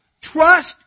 Trust